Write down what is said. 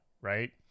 right